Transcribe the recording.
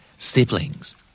Siblings